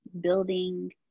building